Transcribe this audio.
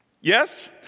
yes